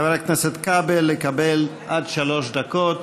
חבר הכנסת כבל יקבל עד שלוש דקות